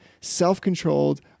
self-controlled